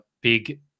Big